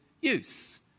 use